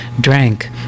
drank